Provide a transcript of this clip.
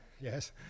Yes